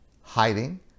hiding